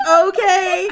okay